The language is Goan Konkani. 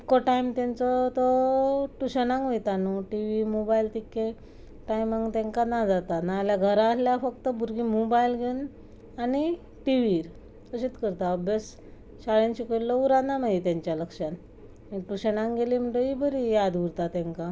तितको टायम तेंचो तो ट्युशनाक वयता न्हय टी वी मोबायल तितके टायमांक तेंकां ना जाता नाजाल्यार घरान आसल्यार फक्त भुरगीं मोबायल घेवन आनी टिवीर तशेंत करता अभ्यास शाळेन शिकयल्लो उरना मागीर तेंच्या लक्षान ट्युशनाक गेलीं म्हणटगीर बरी याद उरता तेंकां